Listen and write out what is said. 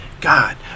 god